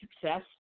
success